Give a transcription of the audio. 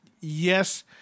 yes